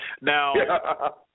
Now